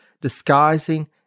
disguising